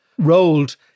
rolled